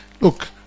Look